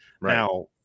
Now